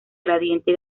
gradiente